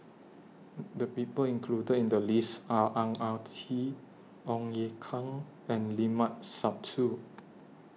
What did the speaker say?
The People included in The list Are Ang Ah Tee Ong Ye Kung and Limat Sabtu